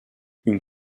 une